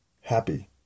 happy